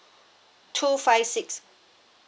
two five six